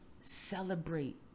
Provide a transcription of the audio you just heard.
Celebrate